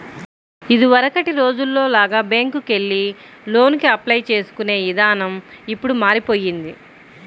ఇదివరకటి రోజుల్లో లాగా బ్యేంకుకెళ్లి లోనుకి అప్లై చేసుకునే ఇదానం ఇప్పుడు మారిపొయ్యింది